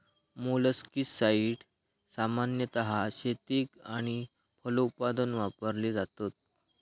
मोलस्किसाड्स सामान्यतः शेतीक आणि फलोत्पादन वापरली जातत